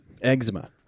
Eczema